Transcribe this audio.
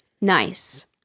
Nice